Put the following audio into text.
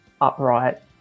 upright